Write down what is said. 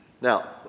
Now